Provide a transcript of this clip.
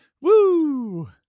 Woo